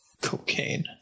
Cocaine